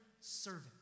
servant